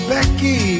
Becky